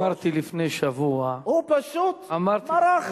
אני אמרתי לפני שבוע, הוא פשוט מרח.